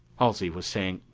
halsey was saying,